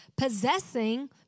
possessing